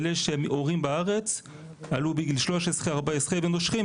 אלה שעלו בגיל 13 14 ונושרים.